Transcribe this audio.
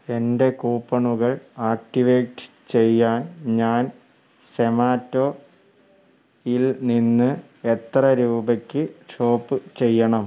എൻ്റെ കൂപ്പണുകൾ ആക്ടിവേറ്റ് ചെയ്യാൻ ഞാൻ സൊമാറ്റോയിൽ നിന്ന് എത്ര രൂപയ്ക്ക് ഷോപ്പ് ചെയ്യണം